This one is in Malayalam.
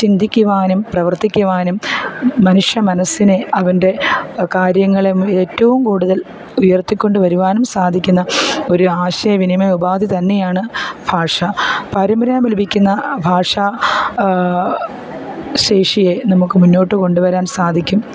ചിന്തിക്കുവാനും പ്രവർത്തിക്കുവാനും മനുഷ്യ മനസ്സിനെ അവൻ്റെ കാര്യങ്ങളെ ഏറ്റവും കൂടുതൽ ഉയർത്തിക്കൊണ്ടുവരുവാനും സാധിക്കുന്ന ഒരു ആശയ വിനിമയ ഉപാധി തന്നെയാണ് ഭാഷ പാരമ്പര്യമായി ലഭിക്കുന്ന ഭാഷ ശേഷിയെ നമുക്ക് മുന്നോട്ട് കൊണ്ടുവരാൻ സാധിക്കും